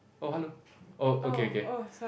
oh hello oh okay okay